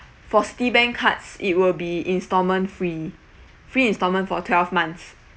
for citibank cards it will be instalment free free instalments for twelve months